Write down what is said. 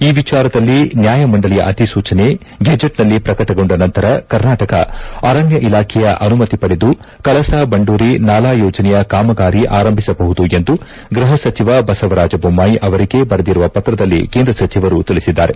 ಈ ವಿಚಾರದಲ್ಲಿ ನ್ನಾಯಮಂಡಳಿಯ ಅಧಿಸೂಚನೆ ಗೆಜೆಟ್ನಲ್ಲಿ ಪ್ರಕಟಗೊಂಡ ನಂತರ ಕರ್ನಾಟಕ ಅರಣ್ಣ ಇಲಾಖೆಯ ಅನುಮತಿ ಪಡೆದು ಕಳಸಾ ಬಂಡೂರಿ ನಾಲಾ ಯೋಜನೆಯ ಕಾಮಗಾರಿ ಆರಂಭಿಸಬಹುದು ಎಂದು ಗೃಹ ಸಚಿವ ಬಸವರಾಜ ಬೊಮ್ಲಾಯಿ ಅವರಿಗೆ ಬರೆದಿರುವ ಪತ್ರದಲ್ಲಿ ಕೇಂದ್ರ ಸಚಿವರು ತಿಳಿಸಿದ್ದಾರೆ